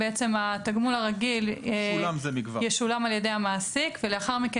התגמול הרגיל ישולם על ידי המעסיק ולאחר מכן